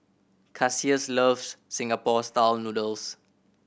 Cassius loves Singapore Style Noodles